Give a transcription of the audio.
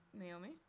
Naomi